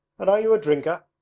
and are you a drinker?